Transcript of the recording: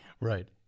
Right